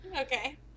Okay